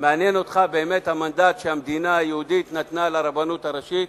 מעניין אותך באמת המנדט שהמדינה היהודית נתנה לרבנות הראשית,